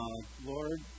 Lord